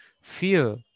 fear